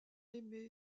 aimé